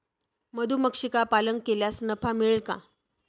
मधुमक्षिका पालन केल्यास नफा मिळेल का?